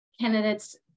candidates